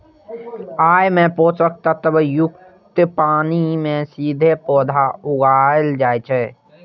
अय मे पोषक तत्व युक्त पानि मे सीधे पौधा उगाएल जाइ छै